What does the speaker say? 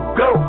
go